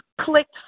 clicked